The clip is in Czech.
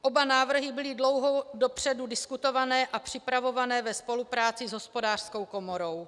Oba návrhy byly dlouho dopředu diskutovány a připravovány ve spolupráci s hospodářskou komorou.